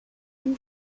vous